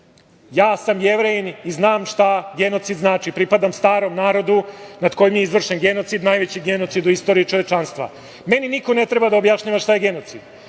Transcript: „Ja sam Jevrejin i znam šta genocid znači. Pripadam starom narodu, nad kojim je izvršen genocid, najveći genocid u istoriji čovečanstva. Meni niko ne treba da objašnjava šta je genocid.